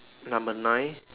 number nine